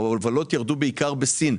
ההובלות ירדו בעיקר בסין.